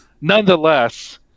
nonetheless